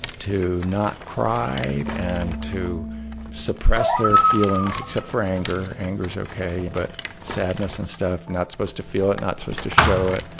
to not cry, and to suppress their feelings, except for anger anger is okay, but sadness and stuff, not supposed to feel it, not supposed to show it.